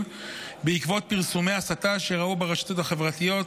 בעקבות פרסומי הסתה שראו ברשתות החברתיות.